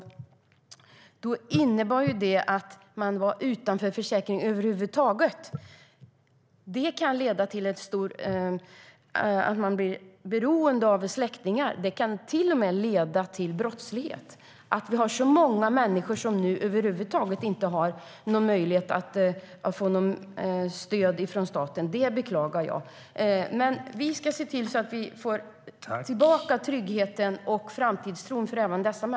I dag är det många människor som saknar möjlighet att få något som helst stöd från staten, och det beklagar jag. Men vi ska se till att ge även dessa människor tryggheten och framtidstron tillbaka.